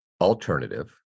alternative